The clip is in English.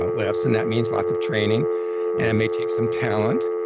ah lifts, and that means lots of training and it may take some talent,